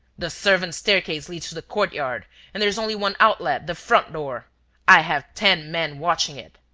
the servants' staircase leads to the courtyard and there's only one outlet, the front door i have ten men watching it.